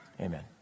Amen